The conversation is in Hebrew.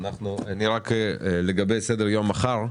לגבי סדר היום מחר: